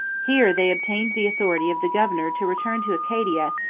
here they obtained the authority of the governor to return to acadia,